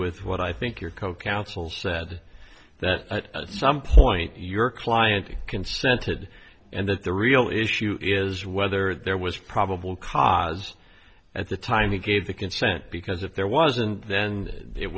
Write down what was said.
with what i think your co counsel said that at some point your client consented and that the real issue is whether there was probable cause at the time he gave the consent because if there wasn't then it